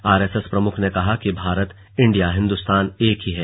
RSS प्रमुख ने कहा कि भारत इंडिया हिंदुस्तान एक ही है